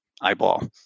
eyeball